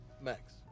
Max